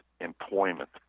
employment